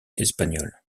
espagnole